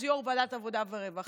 אז יו"ר ועדת העבודה והרווחה,